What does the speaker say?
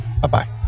bye-bye